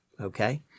Okay